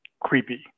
creepy